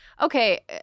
Okay